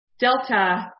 Delta